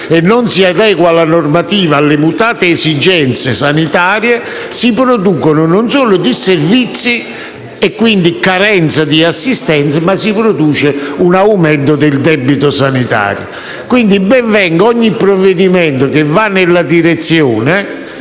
e non si adegua la normativa alle mutate esigenze sanitarie, si producono non solo disservizi e carenza di assistenza ma anche un aumento del debito sanitario. Quindi ben venga ogni provvedimento che vada nella direzione